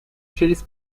через